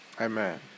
Amen